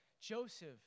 Joseph